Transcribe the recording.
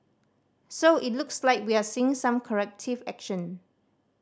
so it looks like we are seeing some corrective action